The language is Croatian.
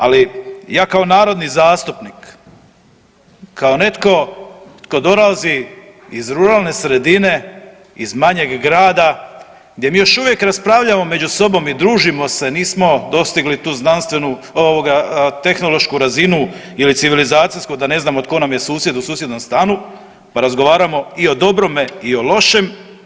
Ali ja kao narodni zastupnik, kao netko tko dolazi iz ruralne sredine, iz manjeg grada gdje mi još uvijek raspravljamo među sobom i družimo se, nismo dostigli tu znanstvenu ovoga tehnološku razinu ili civilizacijsku da ne znamo tko nam je susjed u susjednom stanu, pa razgovaramo i o dobrome i o lošem.